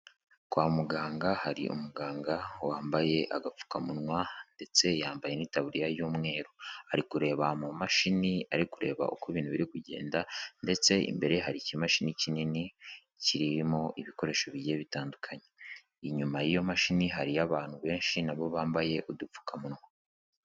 Kwa muganga hari umuganga wambaye agapfukamunwa ndetse yambaye n'itaburiya y'umweru, ari kureba mu mashini ari kureba uko ibintu biri kugenda ndetse imbere ye hari ikimashini kinini kirimo ibikoresho bigiye bitandukanye, inyuma y'iyo mashini hariyo abantu benshi na bo bambaye udupfukamunwa.